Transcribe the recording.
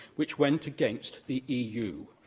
which went against the eu.